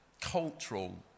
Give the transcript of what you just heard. Cultural